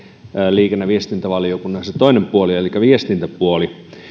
liikenne ja viestintävaliokunnan se toinen puoli elikkä viestintäpuoli